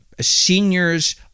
seniors